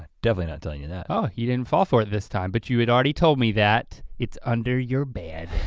definitely not telling you that. oh you didn't fall for it this time but you had already told me that it's under your bed.